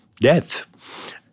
death